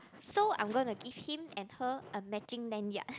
so I'm gonna give him and her a matching lanyard